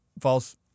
false